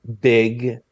big